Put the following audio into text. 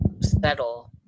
settle